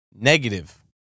Negative